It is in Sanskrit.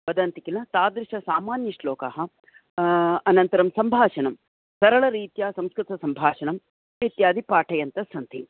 वदन्ति किल तादृशसामान्यश्लोकाः अनन्तरं सम्भाषणं सरलरीत्या संस्कृतसम्भाषणम् इत्यादि पाठयन्तस्सन्ति